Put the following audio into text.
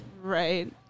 right